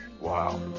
Wow